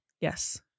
Yes